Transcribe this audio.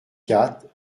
quatre